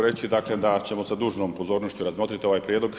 reći dakle da ćemo sa dužnom pozornošću razmotrit ovaj prijedlog.